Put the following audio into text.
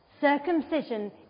Circumcision